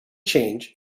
change